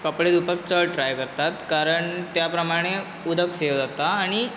कपडे धुंवपाक चड ट्राय करतात कारण त्या प्रमाणे उदक सेव जाता आनी